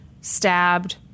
stabbed